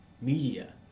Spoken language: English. media